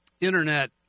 Internet